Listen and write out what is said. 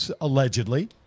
allegedly